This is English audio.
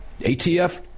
ATF